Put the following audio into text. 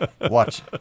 Watch